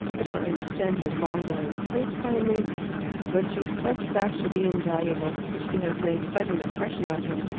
i don't understand your long words. say plainly when she's swept back, she'll be invaluable. for she has made quite an impression on him.